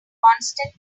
constant